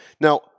Now